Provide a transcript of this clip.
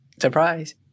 Surprise